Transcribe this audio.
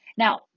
Now